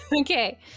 Okay